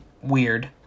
weird